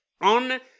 on